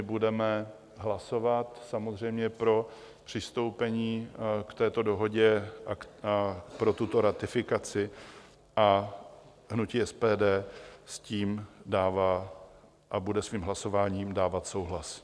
Budeme hlasovat samozřejmě pro přistoupení k této Dohodě a pro tuto ratifikaci a hnutí SPD s tím dává a bude svým hlasováním dávat souhlas.